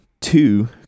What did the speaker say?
two